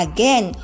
Again